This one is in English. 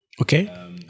Okay